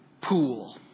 pool